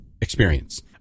experience